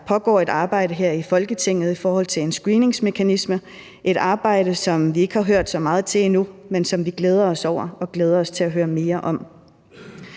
der pågår et arbejde her i Folketinget i forhold til en screeningsmekanisme, et arbejde, som vi ikke har hørt så meget til endnu, men som vi glæder os over og glæder os til at høre mere om.